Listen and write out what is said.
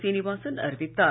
சீனிவாசன் அறிவித்தார்